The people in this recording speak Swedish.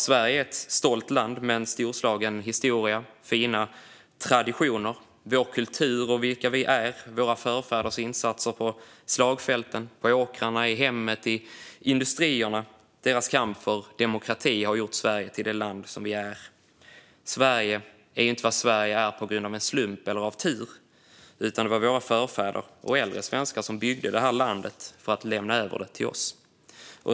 Sverige är ett stolt land med en storslagen historia och fina traditioner. Vår kultur, vilka vi är och våra förfäders insatser på slagfälten, på åkrarna, i hemmet och i industrierna samt deras kamp för demokrati har gjort Sverige till det land det är. Sverige är inte vad Sverige är av en slump eller på grund av tur, utan det var våra förfäder och äldre svenskar som byggde detta land för att lämna över det till oss.